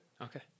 Okay